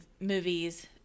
movies